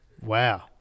Wow